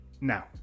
Now